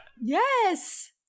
Yes